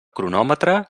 cronòmetre